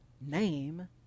name